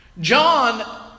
John